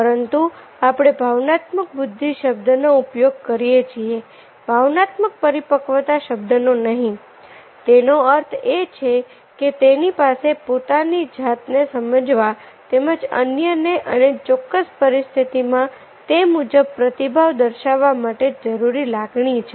પરંતુ આપણે ભાવનાત્મક બુદ્ધિ શબ્દનો ઉપયોગ કરીએ છીએ ભાવનાત્મક પરિપક્વતા શબ્દનો નહીં તેનો અર્થ એ છે કે તેની પાસે પોતાની જાત ને સમજવા તેમજ અન્યને અને ચોક્કસ પરિસ્થિતિમાં તે મુજબ પ્રતિભાવ દર્શાવવા માટે જરૂરી લાગણી છે